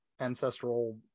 ancestral